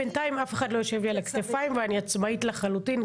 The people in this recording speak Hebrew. בינתיים אף אחד לא יושב לי על הכתפיים ואני עצמאית לחלוטין,